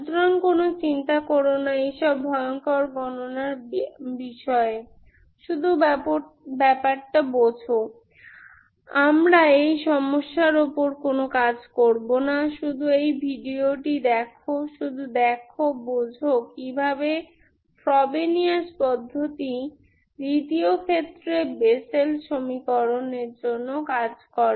সুতরাং কোন চিন্তা করোনা এইহব ভয়ঙ্কর গণনার বিষয়ে শুধু ব্যাপারটা বোঝো আমরা এই সমস্যার ওপর কোনো কাজ করবো না শুধু এই ভিডিওটি দেখো শুধু দেখো বোঝো কিভাবে ফ্রবেনিয়াস পদ্ধতি দ্বিতীয় ক্ষেত্রে বেসেল সমীকরণের জন্য কাজ করে